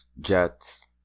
jets